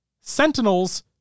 Sentinels